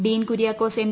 Dean Kuriakose M